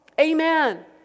Amen